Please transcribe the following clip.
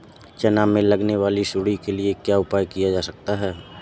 चना में लगने वाली सुंडी के लिए क्या उपाय किया जा सकता है?